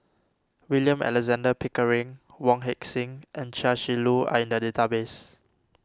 William Alexander Pickering Wong Heck Sing and Chia Shi Lu are in the database